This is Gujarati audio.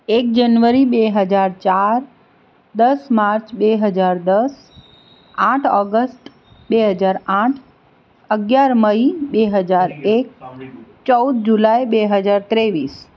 એક જનવરી બે હજાર ચાર દસ માર્ચ બે હજાર દસ આઠ ઓગસ્ટ બે હજાર આઠ અગિયાર મઈ બે હજાર એક ચૌદ જુલાઈ બે હજાર ત્રેવીસ